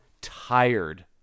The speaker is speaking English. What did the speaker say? tired